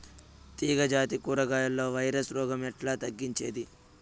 తీగ జాతి కూరగాయల్లో వైరస్ రోగం ఎట్లా తగ్గించేది?